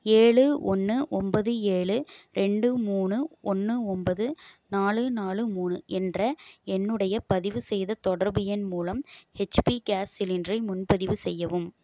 ஏழு ஒன்று ஒன்பது ஏழு ரெண்டு மூணு ஒன்று ஒன்பது நாலு நாலு மூணு என்ற என்னுடைய பதிவுசெய்த தொடர்பு எண் மூலம் ஹெச்பி கேஸ் சிலிண்டரை முன்பதிவு செய்யவும்